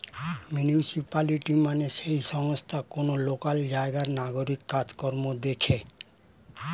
municipality মানে যেই সংস্থা কোন লোকাল জায়গার নাগরিক কাজ কর্ম দেখে